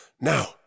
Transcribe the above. Now